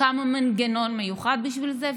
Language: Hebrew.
הוקם מנגנון מיוחד בשביל זה.